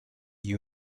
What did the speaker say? you